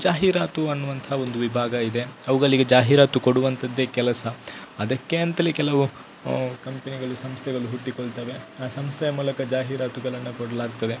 ಜಾಹೀರಾತು ಅನ್ನುವಂತಹ ಒಂದು ವಿಭಾಗ ಇದೆ ಅವುಗಳಿಗೆ ಜಾಹೀರಾತು ಕೊಡುವಂತದ್ದೇ ಕೆಲಸ ಅದಕ್ಕೆ ಅಂತಲೇ ಕೆಲವು ಕಂಪೆನಿಗಳು ಸಂಸ್ಥೆಗಳು ಹುಟ್ಟಿಕೊಳ್ತವೆ ಆ ಸಂಸ್ಥೆಯ ಮೂಲಕ ಜಾಹೀರಾತುಗಳನ್ನು ಕೊಡಲಾಗ್ತದೆ